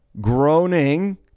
groaning